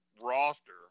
roster